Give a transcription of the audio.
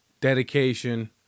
dedication